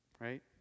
Right